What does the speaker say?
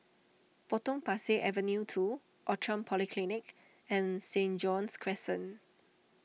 Potong Pasir Avenue two Outram Polyclinic and Saint John's Crescent